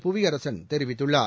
புவியரசன் தெரிவித்துள்ளார்